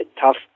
tough